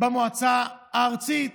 במועצה הארצית,